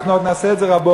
אנחנו עוד נעשה את זה רבות.